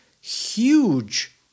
huge